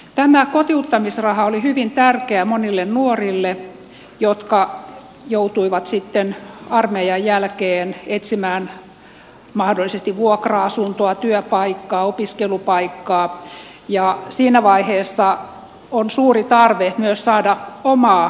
tämä kotiuttamisraha oli hyvin tärkeä monille nuorille jotka joutuivat sitten armeijan jälkeen etsimään mahdollisesti vuokra asuntoa työpaikkaa opiskelupaikkaa ja siinä vaiheessa on suuri tarve myös saada omaa rahaa käyttöön